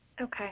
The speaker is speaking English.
Okay